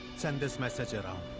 send this message and